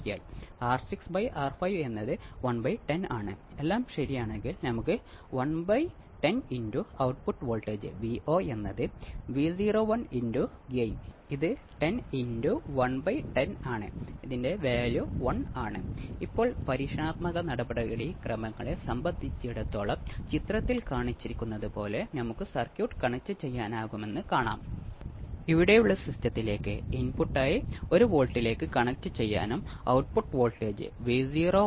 അതിനാൽ RF RI എന്നിവയുടെ മൂല്യം മാറ്റിക്കൊണ്ട് നിങ്ങൾക്ക് ഇത് മാറ്റാൻ കഴിയും ഇവിടെ ഈ ഫീഡ്ബാക്ക് ഇവിടെ ബന്ധിപ്പിച്ചിരിക്കുന്നു ഔട്ട്പുട്ടിൽ നിന്ന് ഇൻപുട്ടിലേക്ക് ഇത് ബന്ധിപ്പിച്ചിരിക്കുന്നു ഫീഡ്ബാക്ക് നെറ്റ്വർക്കിന്റെ ഔട്ട്പുട്ട് മുതൽ ഓസിലേറ്ററിന്റെ ഇൻപുട്ട് വരെ